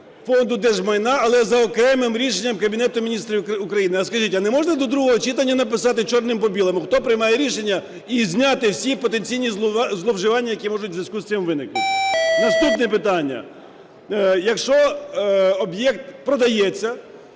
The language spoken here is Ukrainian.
Фонду держмайна, але за окремим рішенням Кабінету Міністрів України. А, скажіть, а не можна до другого читання написати чорним по білому хто приймає рішення і зняти всі потенційні зловживання, які можуть в зв'язку із цим виникнути? Наступне питання, якщо об'єкт продається,